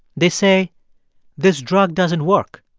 they say this drug doesn't work.